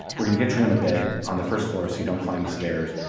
we're going to get you in a bed on the first floor, so you don't climb the stairs.